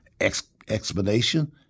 explanation